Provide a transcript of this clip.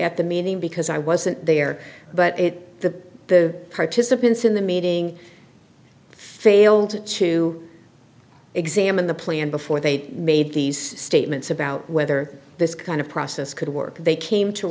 at the meeting because i wasn't there but it's the the participants in the meeting failed to examine the plan before they made these statements about whether this kind of process could work they came to